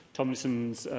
Tomlinson's